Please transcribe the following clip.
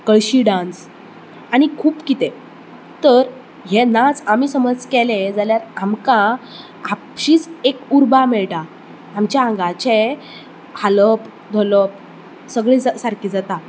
कळशी डांस आनी खूब किदें तर ह्ये नाच आमी समज केले जाल्यार आमकां आपशींच एक उर्बा मेळटा आमच्या आंगाचें हालप धोलप सगळें सारकें जाता